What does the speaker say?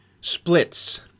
Splits